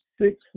six